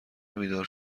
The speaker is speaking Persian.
بیدار